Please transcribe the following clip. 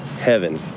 Heaven